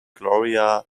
gloria